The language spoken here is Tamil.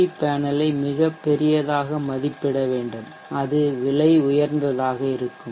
வி பேனலை மிகப்பெரியதாக மதிப்பிட வேண்டும் அது விலை உயர்ந்ததாக இருக்கும்